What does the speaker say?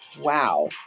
wow